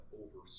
over